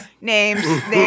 names